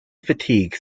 fatigue